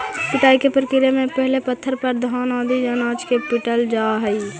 पिटाई के प्रक्रिया में पहिले पत्थर पर घान आदि अनाज के पीटल जा हइ